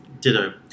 Ditto